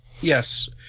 yes